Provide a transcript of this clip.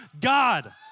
God